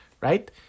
right